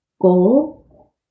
goal